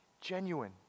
genuine